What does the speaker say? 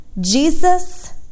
Jesus